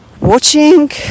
watching